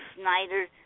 Snyder